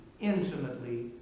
intimately